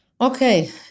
Okay